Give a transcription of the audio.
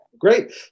Great